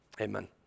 Amen